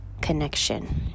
connection